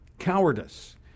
cowardice